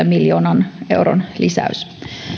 miljoonan euron lisäys